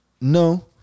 No